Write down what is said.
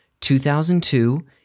2002